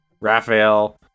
Raphael